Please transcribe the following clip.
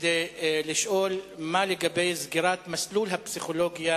כדי לשאול מה לגבי סגירת מגמת הפסיכולוגיה